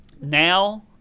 Now